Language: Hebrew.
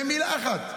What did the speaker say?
במילה אחת,